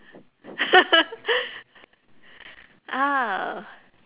oh